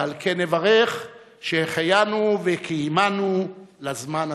ועל כן נברך: שהחיינו וקיימנו לזמן הזה.